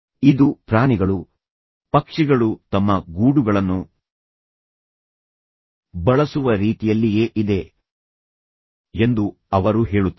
ಇದು ಪ್ರಾಣಿಗಳು ಪಕ್ಷಿಗಳು ತಮ್ಮ ಗೂಡುಗಳನ್ನು ಬಳಸುವ ರೀತಿಯಲ್ಲಿಯೇ ಇದೆ ಎಂದು ಅವರು ಹೇಳುತ್ತಾರೆ